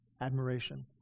admiration